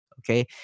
Okay